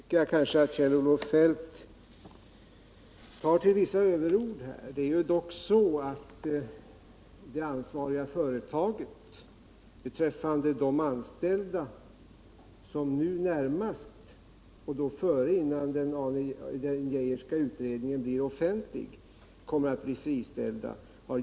Herr talman! Jag tycker att Kjell-Olof Feldt nu tar till vissa överord. Det är ju dock så att det ansvariga företaget har gjort utfästelser om att kunna klara sysselsättningen för de anställda som nu närmast, innan den Geijerska utredningen blir offentlig, kommer att friställas.